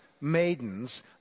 maidens